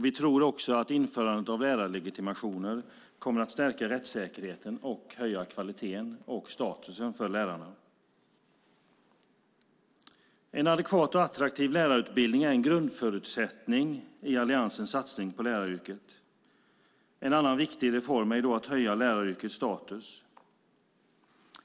Vi tror också att införandet av lärarlegitimationer kommer att stärka rättssäkerheten och höja kvaliteten och statusen hos lärarna. En adekvat och attraktiv lärarutbildning är en grundförutsättning i Alliansens satsning på läraryrket. En annan viktig reform är då att höja läraryrkets status.